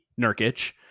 Nurkic